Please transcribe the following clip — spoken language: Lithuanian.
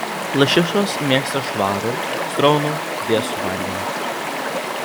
lašišos mėgsta švarų sraunų vėsų vandenį